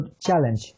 challenge